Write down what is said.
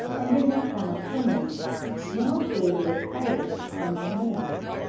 and in their summer plumage more gaily attired than the males.